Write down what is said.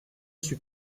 suis